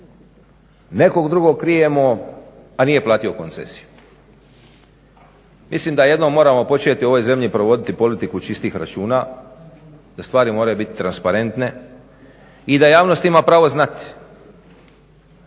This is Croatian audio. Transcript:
nekog drugog krijemo a nije platio koncesiju. Mislim da jednom moramo početi u ovoj zemlji provoditi politiku čistih računa, stvari moraju biti transparentne i da javnost ima pravo znati.